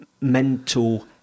mental